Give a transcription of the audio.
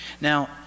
Now